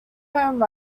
home